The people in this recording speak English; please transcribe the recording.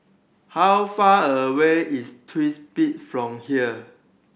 how far away is Twins Peak from here